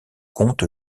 comte